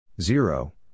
zero